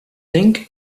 think